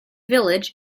village